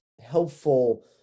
helpful